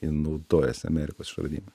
jin naudojasi amerikos išradimai